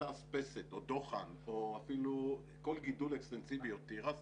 אותה אספסת או דוחן או אפילו כל גידול אקסטנסיבי או תירס,